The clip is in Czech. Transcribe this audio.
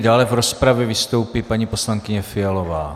Dále v rozpravě vystoupí paní poslankyně Fialová.